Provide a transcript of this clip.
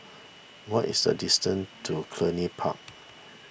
what is the distance to Cluny Park